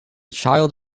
child